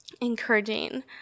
encouraging